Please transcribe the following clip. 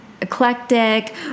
eclectic